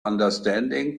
understanding